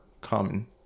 common